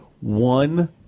one